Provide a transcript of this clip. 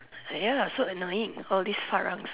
ya so annoying all this